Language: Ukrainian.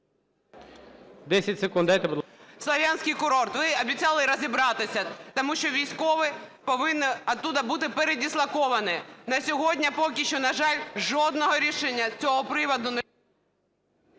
Слов'янський курорт, ви обіцяли розібратися. Тому що військові повинні звідти бути передислоковані. На сьогодні поки що, на жаль, жодного рішення з цього приводу…